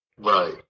Right